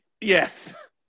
yes